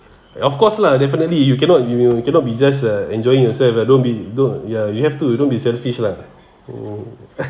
of course lah definitely you cannot you cannot be just uh enjoying yourself don't be don't ya you have to you don't be selfish lah mm